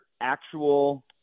actual